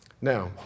Now